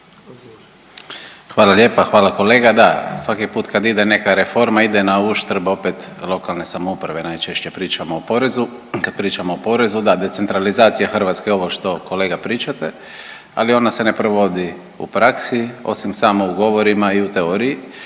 Hvala lijepa. Hvala kolega. Da, svaki put kad ide neka reforma ide na uštrb opet lokalne samouprave, najčešće pričamo o porezu. Kad pričamo o porezu da decentralizacija Hrvatske ovo što kolega pričate, ali ona se ne provodi u praksi osim samo u govorima i u teoriji